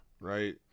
right